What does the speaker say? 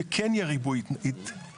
שכן יהיה ריבוי התדיינויות,